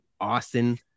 Austin